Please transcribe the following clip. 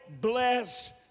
bless